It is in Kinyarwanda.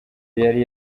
yari